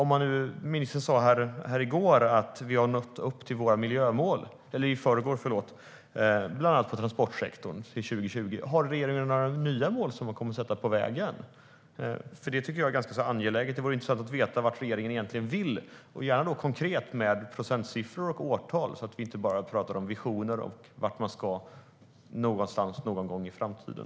Ministern sa i förrgår att vi har nått upp till våra miljömål till 2020 bland annat för transportsektorn. Kommer regeringen att ha några nya mål på vägen? Det tycker jag är angeläget. Det vore intressant att veta vart regeringen egentligen vill. Jag vill gärna ha ett konkret svar med procentsiffror och årtal, så att vi inte bara talar om visioner och vart man ska någonstans någon gång i framtiden.